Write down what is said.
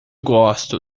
gosto